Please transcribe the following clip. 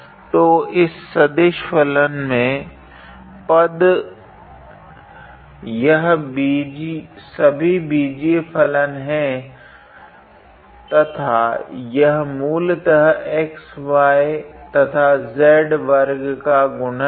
तो इस सदिश फलन में पद यह सभी बीजीय फलन है तथा यह मूलतः xy तथा z वर्ग का गुणन है